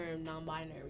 non-binary